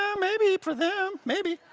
um maybe. for them. maybe.